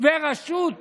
ורשות